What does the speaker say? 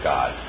God